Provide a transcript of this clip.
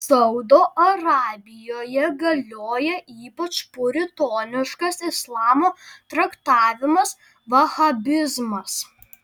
saudo arabijoje galioja ypač puritoniškas islamo traktavimas vahabizmas